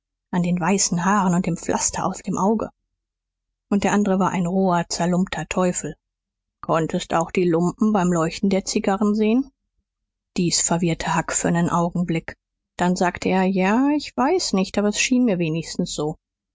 an den weißen haaren und dem pflaster aus dem auge und der andere war ein roher zerlumpter teufel konntst auch die lumpen beim leuchten der zigarren sehen dies verwirrte huck für nen augenblick dann sagte er ja ich weiß nicht aber s schien mir wenigsten so